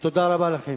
ותודה רבה לכם.